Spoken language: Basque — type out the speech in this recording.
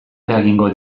eragingo